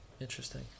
interesting